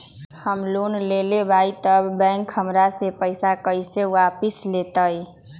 हम लोन लेलेबाई तब बैंक हमरा से पैसा कइसे वापिस लेतई?